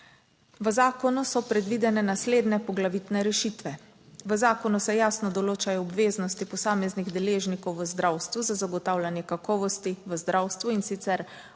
V zakonu so predvidene naslednje poglavitne rešitve. V zakonu se jasno določajo obveznosti posameznih deležnikov v zdravstvu za zagotavljanje kakovosti v zdravstvu. In sicer